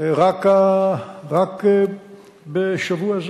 רק בשבוע זה.